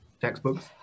textbooks